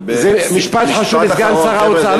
זה משפט חשוב לסגן שר האוצר,